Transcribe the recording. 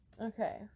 Okay